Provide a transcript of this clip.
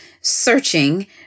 searching